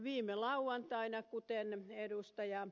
viime lauantaina kuten ed